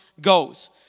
goes